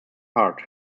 heart